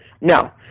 No